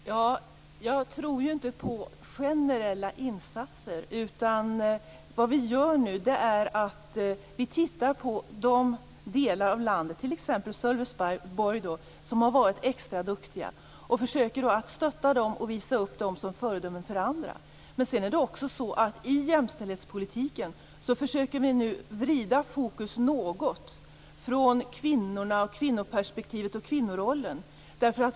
Herr talman! Jag tror ju inte på generella insatser. Vad vi gör nu är att vi tittar på olika delar av landet, t.ex. Sölvesborg. Vi tittar på dem som har varit extra duktiga. Vi försöker stödja dem och visa upp dem som föredömen för andra. Men sedan är det också så att vi i jämställdhetspolitiken nu försöker vrida fokus något från kvinnorna, kvinnoperspektivet och kvinnorollen.